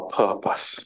purpose